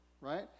right